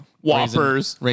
whoppers